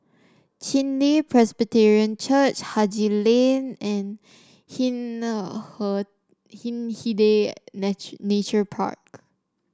Chen Li Presbyterian Church Haji Lane and Hindhede Nature Park